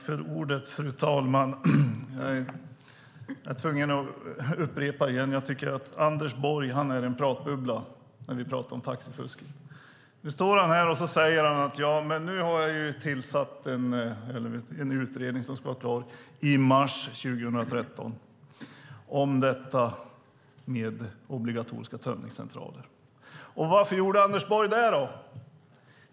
Fru talman! Jag är tvungen att upprepa att Anders Borg är en pratbubbla när vi talar om taxifusket. Han säger att han har tillsatt en utredning om obligatoriska tömningscentraler som ska vara klar i mars 2013. Varför gjorde Anders Borg så?